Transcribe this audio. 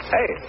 Hey